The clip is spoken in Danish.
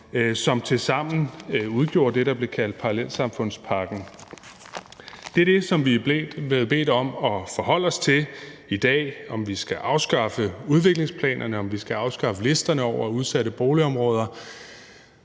som tilsammen udgjorde det, der blev kaldt parallelsamfundspakken. Det er det, vi er blevet bedt om at forholde os til i dag, nemlig om vi skal afskaffe udviklingsplanerne og afskaffe listerne over udsatte boligområder.